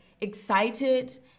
excited